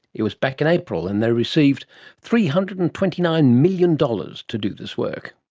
it was back in april and they received three hundred and twenty nine million dollars to do this work.